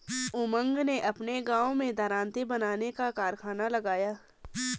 उमंग ने अपने गांव में दरांती बनाने का कारखाना लगाया